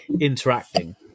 interacting